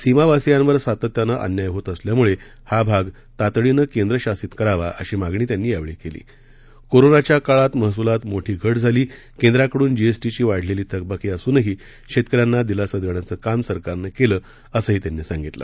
सीमावासीयांवर सातत्यानं अन्याय होत असल्यामुळे हा भाग तातडीनं केंद्रशासित करावा अशी मागणी त्यांनी यावेळी केली कोरोनाच्या काळात महसुलात मोठी घट झाली केंद्राकडून जीएसटी ची वाढलेली थकबाकी असूनही शेतकऱ्यांना दिलासा देण्याचं काम सरकारनं केलं असंही त्यांनी सांगितलं